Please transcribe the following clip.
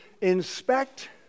inspect